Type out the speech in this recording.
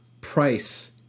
price